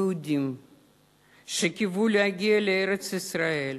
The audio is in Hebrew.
יהודים שקיוו להגיע לארץ-ישראל,